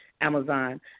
Amazon